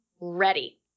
ready